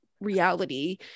reality